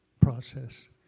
process